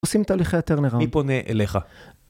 עושים את ההליכי הטרנראום. מי פונה אליך?